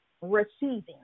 receiving